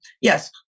yes